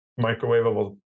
microwavable